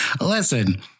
Listen